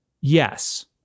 Yes